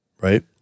right